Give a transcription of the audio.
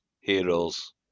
heroes